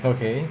okay